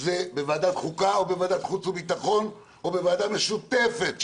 זה בוועדת חוקה או בוועדת חוץ וביטחון או בוועדה משותפת שלהן,